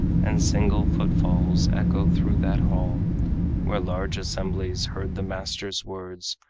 and single footfalls echo through that hall where large assemblies heard the master's words.